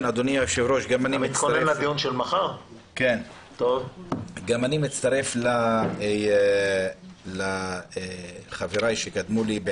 אדוני היושב-ראש, גם אני מצטרף לחבריי שקדמו לי.